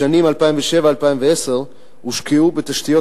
בשנים 2007 2010 הושקעו בתשתיות